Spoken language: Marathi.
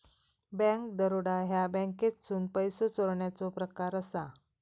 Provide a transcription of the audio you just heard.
बँक दरोडा ह्या बँकेतसून पैसो चोरण्याचो प्रकार असा